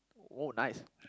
oh nice